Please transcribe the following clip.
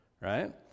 right